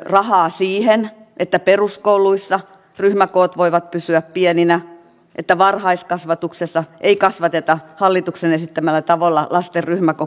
rahaa siihen että peruskouluissa ryhmäkoot voivat pysyä pieninä että varhaiskasvatuksessa ei kasvateta hallituksen esittämällä tavalla lasten ryhmäkokoja